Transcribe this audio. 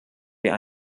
wir